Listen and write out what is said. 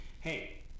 hey